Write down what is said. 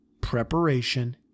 preparation